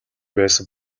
байсан